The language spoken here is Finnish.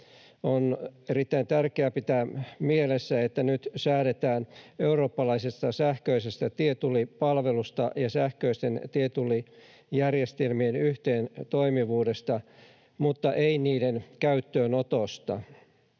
On erittäin tärkeää pitää mielessä, että nyt säädetään eurooppalaisesta sähköisestä tietullipalvelusta ja sähköisten tietullijärjestelmien yhteentoimivuudesta mutta ei niiden käyttöönotosta.